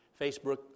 Facebook